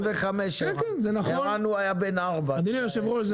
אדוני היושב-ראש,